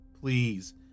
please